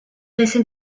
listen